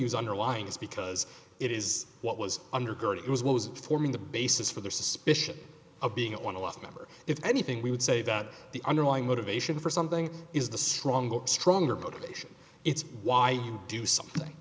use underlying is because it is what was undergird it was what was forming the basis for their suspicion of being on a lot of them or if anything we would say that the underlying motivation for something is the stronger stronger motivation it's why you do something